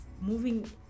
moving